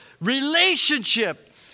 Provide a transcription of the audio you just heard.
relationship